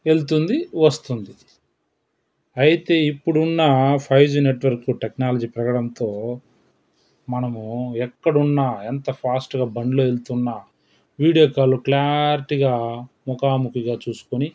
వెళ్తుంది వస్తుంది అయితే ఇప్పుడున్న ఫైవ్ జీ నెట్వర్క్ టెక్నాలజీ పెరగడంతో మనము ఎక్కడున్నా ఎంత ఫాస్ట్గా బండ్లో వెళ్తున్నా వీడియో కాల్లో క్లారిటీగా ముఖాముఖిగా చూసుకొని